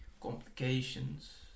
complications